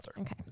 Okay